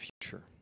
future